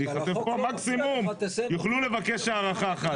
מקסימום יוכלו לבקש הארכה אחת.